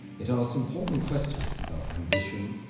it asks important questions about ambition,